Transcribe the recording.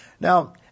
Now